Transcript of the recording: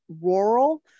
Rural